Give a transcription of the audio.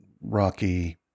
rocky